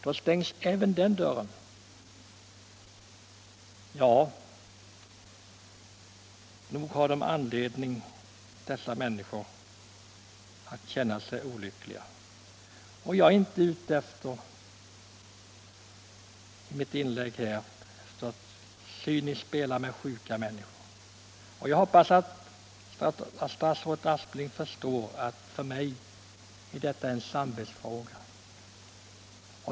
Då stängs även den dörren. Ja, nog har dessa människor anledning att känna sig olyckliga. Jag är inte, med mitt inlägg här, ute efter att cyniskt spela med sjuka människor. Jag hoppas statsrådet Aspling förstår att detta för mig är en samvetsfråga.